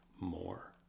more